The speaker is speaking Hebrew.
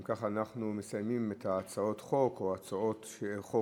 אם כך אנחנו מסיימים את הצעות החוק, או הצעות חוק